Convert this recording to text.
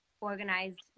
organized